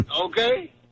Okay